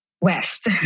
west